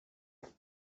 anem